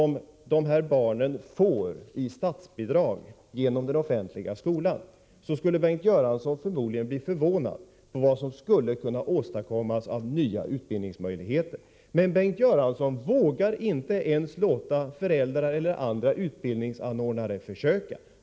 som de här barnen får i statsbidrag genom den offentliga skolan, skulle Bengt Göransson förmodligen bli förvånad över vad som skulle kunna åstadkommas i form av nya utbildningsmöjligheter. Men Bengt Göransson vågar inte ens låta föräldrar eller andra utbildningsanordnare försöka.